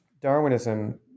Darwinism